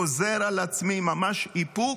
גוזר על עצמי ממש איפוק,